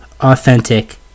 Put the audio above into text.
authentic